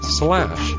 slash